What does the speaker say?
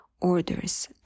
Orders